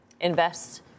Invest